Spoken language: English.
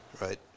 right